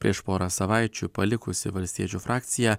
prieš porą savaičių palikusį valstiečių frakciją